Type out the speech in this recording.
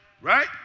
right